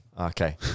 Okay